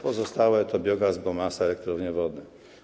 Pozostałe to biogaz, biomasa i elektrownie wodne.